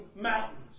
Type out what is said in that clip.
mountains